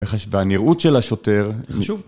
והנראות של השוטר.